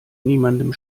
niemandem